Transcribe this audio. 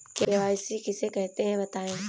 KYC किसे कहते हैं बताएँ?